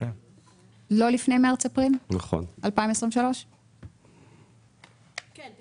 לא לפני מרץ-אפריל 2023. כן.